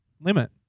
limit